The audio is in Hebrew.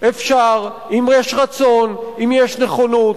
אפשר, אם יש רצון, אם יש נכונות.